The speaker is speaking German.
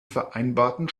vereinbarten